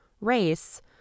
race